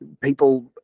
people